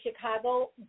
Chicago